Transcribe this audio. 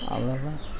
அவ்வளோ தான்